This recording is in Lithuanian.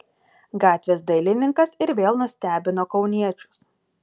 gatvės dailininkas ir vėl nustebino kauniečius